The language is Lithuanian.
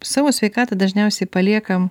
savo sveikatą dažniausiai paliekam